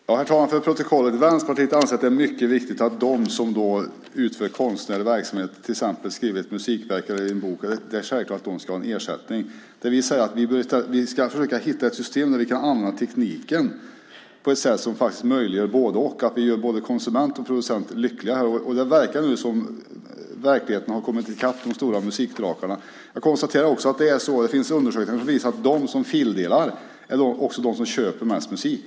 Herr talman! För protokollet vill jag säga att Vänsterpartiet anser att det är mycket viktigt att de som ägnar sig åt konstnärlig verksamhet, till exempel skriver ett musikverk eller en bok, ska ha ersättning för det. Vi säger att vi ska försöka hitta ett system där vi kan använda tekniken på ett sätt som möjliggör både-och så att vi gör både konsument och producent lyckliga. Det verkar nu som om verkligheten har kommit i kapp de stora musikdrakarna. Jag konstaterar också att det finns undersökningar som visar att de som fildelar också är de som köper mest musik.